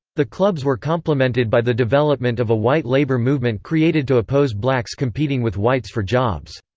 the clubs were complemented by the development of a white labor movement created to oppose blacks competing with whites for jobs.